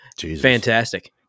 Fantastic